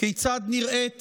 כיצד נראית